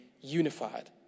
unified